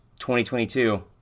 2022